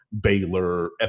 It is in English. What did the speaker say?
Baylor